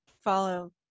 follow